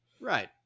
Right